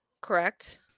correct